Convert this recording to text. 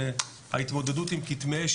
ההתמודדות עם כתמי אש,